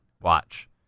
Watch